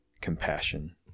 compassion